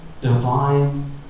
divine